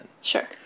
Sure